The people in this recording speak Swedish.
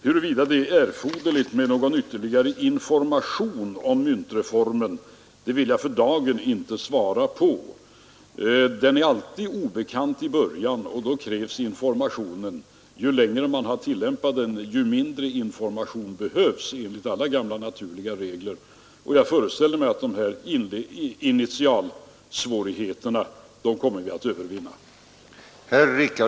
Huruvida det är erforderligt med någon ytterligare information om myntreformen vill jag för dagen inte svara på. Den är alltid obekant i början, och då krävs information. Ju längre man har tillämpat den, desto mindre information behövs naturligtvis. Jag föreställer mig att vi kommer att övervinna de initialsvårigheter som vi nu har.